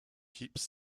keeps